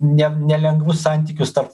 ne nelengvus santykius tarp